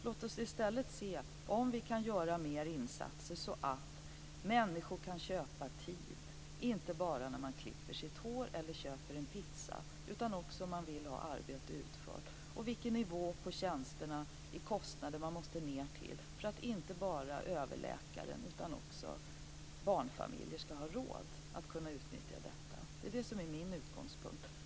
Låt oss nu i stället se om vi kan göra fler insatser så att människor kan köpa tid, inte bara när man klipper sitt hår eller köper en pizza utan också om man vill arbete utfört. Låt oss se vilken nivå på kostnaderna man måste ned till för att inte bara överläkaren utan också barnfamiljer ska ha råd att kunna utnyttja detta. Detta är min utgångspunkt.